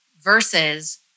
versus